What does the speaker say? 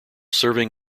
serving